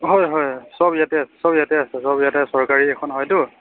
হয় হয় সব ইয়াতে আছে সব ইয়াতে আছে সব ইয়াতে চৰকাৰী এইখন হয়তো